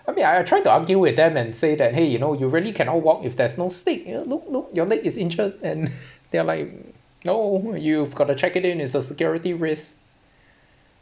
I mean I I tried to argue with them and say that !hey! you know you really cannot walk if there's no stick you know look look your leg is injured and they're like no you've got to check it in it's a security risk